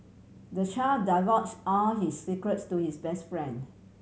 the child divulge all his secrets to his best friend